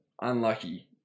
unlucky